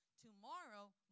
Tomorrow